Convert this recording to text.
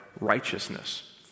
righteousness